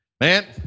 Man